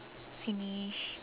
finish